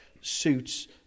suits